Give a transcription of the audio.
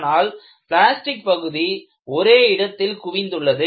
ஆனால் பிளாஸ்டிக் பகுதி ஒரே இடத்தில் குவிந்துள்ளது